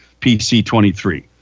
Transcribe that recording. PC23